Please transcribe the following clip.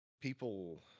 people